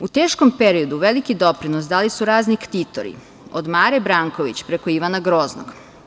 U teškom periodu veliki doprinos dali su razni ktitori, od Mare Branković preko Ivana Groznog.